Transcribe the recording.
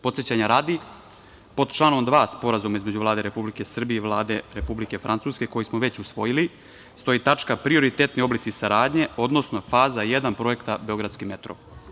Podsećanja radi, pod članom 2. Sporazuma između Vlade Republike Srbije i Vlade Republike Francuske, koji smo već usvojili, stoji tačka – prioritetni oblici saradnje, odnosno Faza 1 projekta „Beogradski metro“